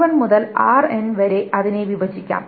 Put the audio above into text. R1 മുതൽ Rn വരെ അതിനെ വിഭജിക്കാം